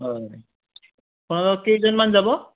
হয় কেইজনমান যাব